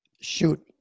Shoot